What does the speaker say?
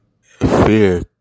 fear